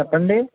చెప్పండి